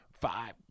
five